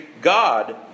God